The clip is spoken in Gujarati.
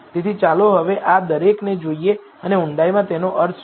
તેથી ચાલો હવે આ દરેકને જોઈએ અને ઊંડાઈમાં તેનો અર્થ શું છે